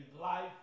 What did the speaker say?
life